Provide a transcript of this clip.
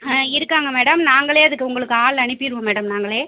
ஆ இருக்காங்க மேடம் நாங்களே அதுக்கு உங்களுக்கு ஆள் அனுப்பிடுவோம் மேடம் நாங்களே